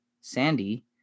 Sandy